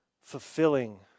fulfilling